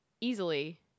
easily